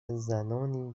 زنانی